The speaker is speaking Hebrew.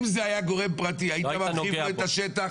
אם זה היה גורם פרטי, היית מרחיב לו את השטח?